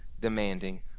demanding